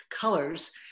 colors